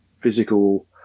physical